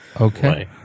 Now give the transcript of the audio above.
okay